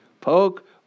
poke